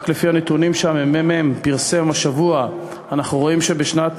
רק מהנתונים שהממ"מ פרסם השבוע אנחנו רואים שבשנת